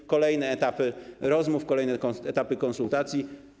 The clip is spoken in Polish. Są kolejne etapy rozmów, kolejne etapy konsultacji.